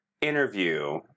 interview